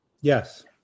Yes